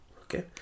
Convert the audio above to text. Okay